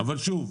אבל שוב,